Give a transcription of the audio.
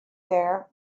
there